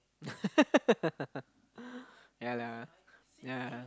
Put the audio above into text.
yeah lah yeah